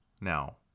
Now